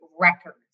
records